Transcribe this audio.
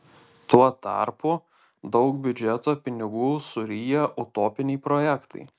tuo tarpu daug biudžeto pinigų suryja utopiniai projektai